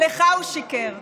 לך הוא שיקר.